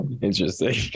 Interesting